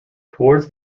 towards